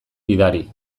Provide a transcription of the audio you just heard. gidari